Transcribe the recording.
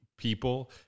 people